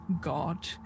god